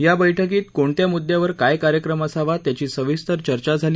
या बैठकीत कोणत्या मुद्दयावर काय कार्यक्रम असावा त्याची सविस्तर चर्चा झाली